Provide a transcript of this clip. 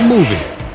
Movie